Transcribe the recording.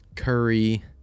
Curry